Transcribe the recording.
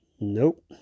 Nope